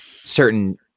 certain